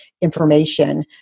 information